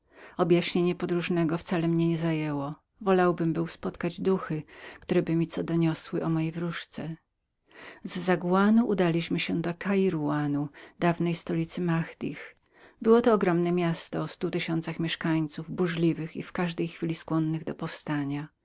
sławną zamą objaśnienie podróżnego wcale mnie nie zajęło wolałbym był spotkać gienjuszów którzyby mi byli co donieśli o mojej wróżce z zawanu udaliśmy się do kairawanu dawnej stolicy mahaddych było to ogromne miasto o stu tysięcach mieszkańców burzliwych i w każdej chwili skłonnych do powstania